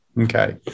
Okay